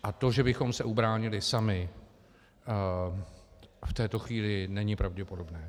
A to, že bychom se ubránili sami, v této chvíli není pravděpodobné.